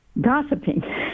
gossiping